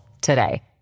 today